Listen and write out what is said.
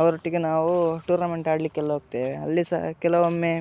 ಅವ್ರ ಒಟ್ಟಿಗೆ ನಾವು ಟೂರ್ನಮೆಂಟ್ ಆಡಲಿಕ್ಕೆಲ್ಲ ಹೋಗ್ತೇವೆ ಅಲ್ಲಿ ಸಹ ಕೆಲವೊಮ್ಮೆ